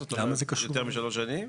זאת אומרת יותר משלוש שנים.